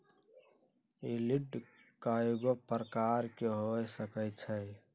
yield कयगो प्रकार के हो सकइ छइ